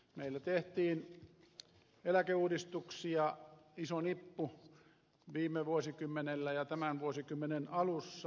meillä tehtiin eläkeuudistuksia iso nippu viime vuosikymmenellä ja tämän vuosikymmenen alussa